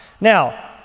Now